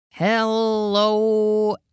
Hello